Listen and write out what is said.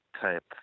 type